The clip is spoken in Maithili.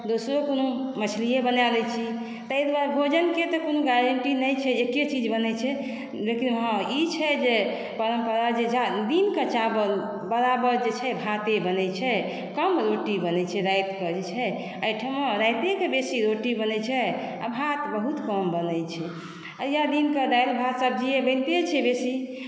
दोसरो कहियो मछलिये बनाए लै छी तै दुआरे भोजनके तऽ कोनो गारंटी नहि छै जे एके चीज बनै छै लेकिन हँ ई छै जे परम्परा जे जा दिनकेँ चावल बराबर जे छै भाते बनै छै कम रोटी बनै छै राति कऽ जे छै एहिठमा रातिये कऽ बेसी रोटी बनै छै आ भात बहुत कम बनै छै या दिनकेँ दालि भात सब्जीये बनिते छै बेसी